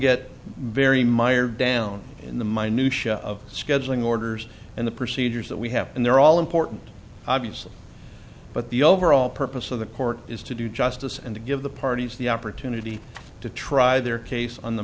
get very mired down in the minute of scheduling orders and the procedures that we have and they're all important obviously but the overall purpose of the court is to do justice and to give the parties the opportunity to try their case on the